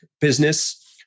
business